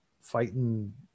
fighting